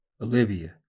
Olivia